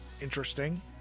interesting